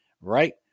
right